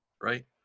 right